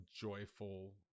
joyful